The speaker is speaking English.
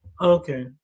Okay